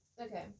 Okay